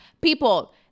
People